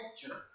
picture